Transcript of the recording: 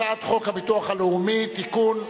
הצעת חוק הביטוח הלאומי (תיקון,